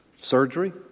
Surgery